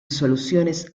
soluciones